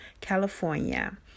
California